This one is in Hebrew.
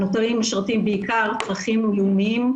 הנותרים משרתים בעיקר צרכים לאומיים.